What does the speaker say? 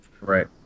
Right